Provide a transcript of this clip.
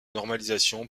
normalisation